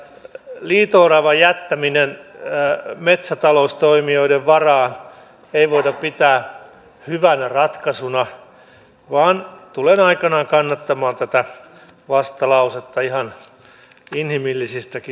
liito oravan jättämistä metsätaloustoimijoiden varaan ei voida pitää hyvänä ratkaisuna vaan tulen aikanaan kannattamaan tätä vastalausetta ihan inhimillisistäkin syistä